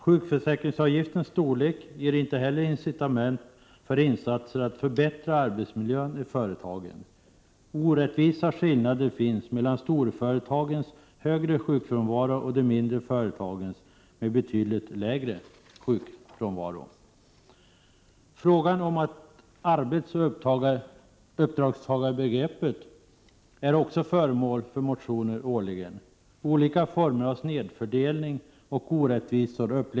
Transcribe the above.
Sjukförsäkringsavgiftens storlek innebär inte heller något incitament för insatser att förbättra arbetsmiljön i företagen. Orättvisa skillnader finns mellan storföretagen, med högre sjukfrånvaro, och de mindre företagen, med betydligt lägre sjukfrånvaro. Frågan om arbetsoch uppdragstagarbegreppet är också föremål för motioner årligen. Många upplever att det finns olika former av snedfördelning och orättvisor.